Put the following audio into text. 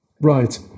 Right